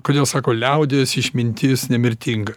kodėl sako liaudies išmintis nemirtinga